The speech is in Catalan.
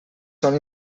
són